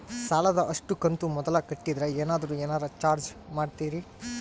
ಸಾಲದ ಅಷ್ಟು ಕಂತು ಮೊದಲ ಕಟ್ಟಿದ್ರ ಏನಾದರೂ ಏನರ ಚಾರ್ಜ್ ಮಾಡುತ್ತೇರಿ?